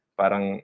parang